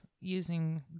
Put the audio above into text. using